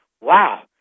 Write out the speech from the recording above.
wow